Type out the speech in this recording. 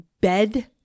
bed